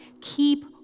keep